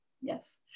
Yes